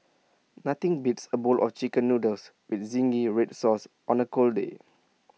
nothing beats A bowl of Chicken Noodles with Zingy Red Sauce on A cold day